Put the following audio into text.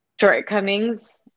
shortcomings